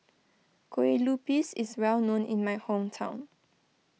Kue Lupis is well known in my hometown